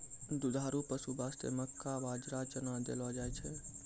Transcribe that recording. दुधारू पशु वास्तॅ मक्का, बाजरा, चना देलो जाय छै